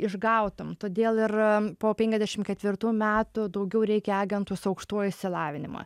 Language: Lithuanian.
išgautum todėl ir po penkiasdešimt ketvirtų metų daugiau reikia agentų su aukštuoju išsilavinimu